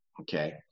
okay